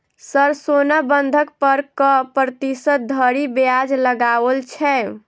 Sir सोना बंधक पर कऽ प्रतिशत धरि ब्याज लगाओल छैय?